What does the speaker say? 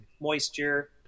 moisture